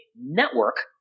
network